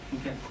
Okay